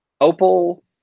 opal